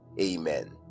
amen